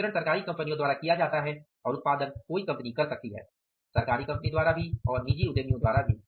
संचरण सरकारी कंपनियों द्वारा किया जाता है और उत्पादन कोई कर सकता है सरकारी कंपनियों द्वारा भी और निजी उद्यमियों द्वारा भी